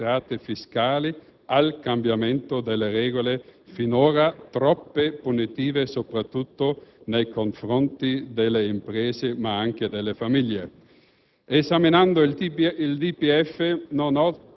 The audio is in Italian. Il Governo ha accolto molte delle nostre istanze, promettendoci di tener conto delle nostre preoccupazioni e di provvedere - visto l'andamento positivo delle entrate fiscali